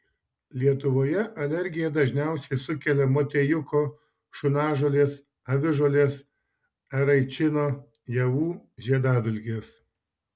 lietuvoje alergiją dažniausiai sukelia motiejuko šunažolės avižuolės eraičino javų žiedadulkės